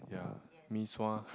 ya Mee-Sua